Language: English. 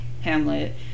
hamlet